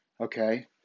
Okay